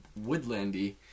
woodlandy